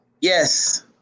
Yes